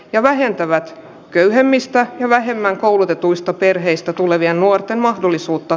ja vähentävät köyhemmistä ja vähemmän koulutetuista perheistä tulevien nuorten mahdollisuutta